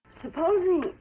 Supposing